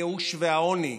הייאוש והעוני,